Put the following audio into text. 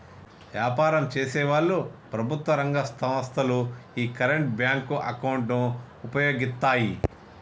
వ్యాపారం చేసేవాళ్ళు, ప్రభుత్వం రంగ సంస్ధలు యీ కరెంట్ బ్యేంకు అకౌంట్ ను వుపయోగిత్తాయి